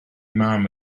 mam